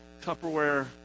Tupperware